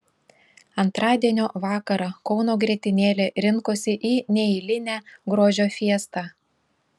antradienio vakarą kauno grietinėlė rinkosi į neeilinę grožio fiestą